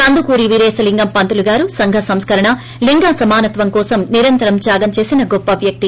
కందుకూరి వీరేశలింగం పంతులుగారు సంఘ సంస్కరణ లింగ సమానత్వం కోసం నిరంతర త్యాగం చేసిన గొప్ప వ్యక్తి